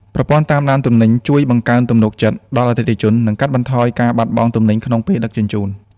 ប្រព័ន្ធតាមដានទំនិញជួយបង្កើនទំនុកចិត្តដល់អតិថិជន និងកាត់បន្ថយការបាត់បង់ទំនិញក្នុងពេលដឹកជញ្ជូន។